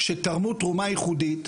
שתרמו תרומה ייחודית.